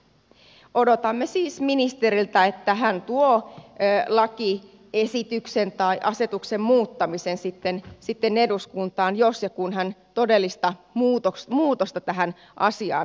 odotamme siis ministeriltä että hän tuo lakiesityksen tai asetuksen muuttamisen sitten eduskuntaan jos ja kun hän todellista muutosta tähän asiaan haluaa